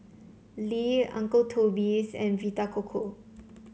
Lee Uncle Toby's and Vita Coco